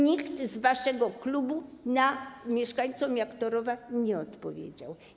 Nikt z waszego klubu mieszkańcom Jaktorowa nie odpowiedział.